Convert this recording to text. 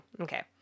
Okay